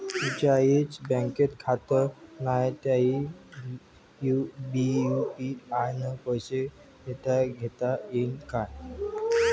ज्याईचं बँकेत खातं नाय त्याईले बी यू.पी.आय न पैसे देताघेता येईन काय?